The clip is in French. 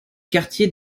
quartier